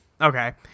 Okay